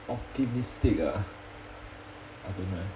optimistic ah I don't know eh